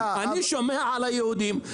תודה --- אני שומע על היהודים.